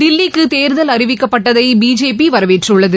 தில்லிக்கு தேர்தல் அறிவிக்கப்பட்டதை பிஜேபி வரவேற்றுள்ளது